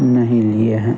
नहीं लिए हैं